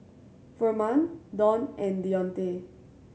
Furman Donn and Deontae